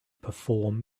perform